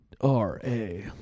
R-A